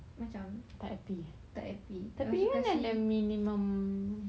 tak happy eh tapi kan ada minimum